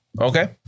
Okay